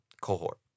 cohort